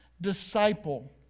disciple